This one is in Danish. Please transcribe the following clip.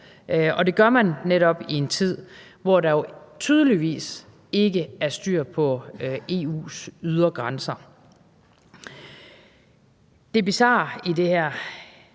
og det gør man netop i en tid, hvor der jo tydeligvis ikke er styr på EU's ydre grænser. Det bizarre i det her,